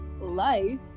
life